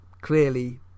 clearly